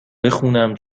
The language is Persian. بخونم